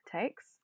takes